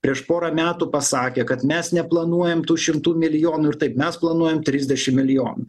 prieš porą metų pasakė kad mes neplanuojam tų šimtų milijonų ir taip mes planuojam trisdešim milijonų